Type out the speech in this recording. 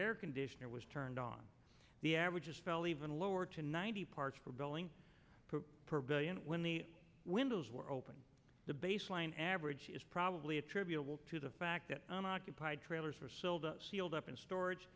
air conditioner was turned on the averages fell even lower to ninety parts for billing for billion when the windows were open the baseline average is probably attributable to the fact that on occupied trailers were sealed up in storage